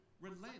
relent